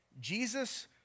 Jesus